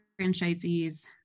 franchisees